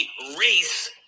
race